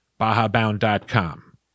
BajaBound.com